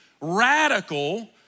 radical